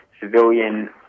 civilian